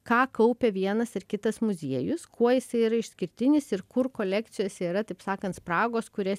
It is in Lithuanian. ką kaupia vienas ir kitas muziejus kuo jisai yra išskirtinis ir kur kolekcijose yra taip sakant spragos kurias